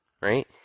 right